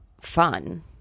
fun